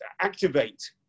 activate